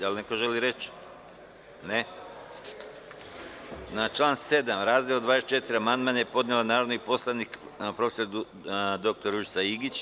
Da li neko želi reč? (Ne.) Na član 7. razdeo 24. amandman je podnela narodni poslanik prof. dr Ružica Igić.